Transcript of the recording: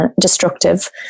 destructive